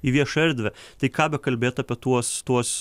į viešą erdvę tai ką bekalbėt apie tuos tuos